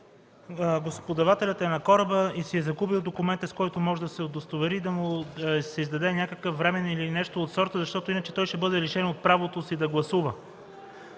гласоподавателят е на кораба и си е загубил документа, с който може да се удостовери – да му се издаде някакъв временен или нещо от сорта, защото иначе той ще бъде лишен от правото си да гласува?